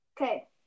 Okay